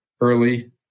early